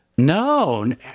No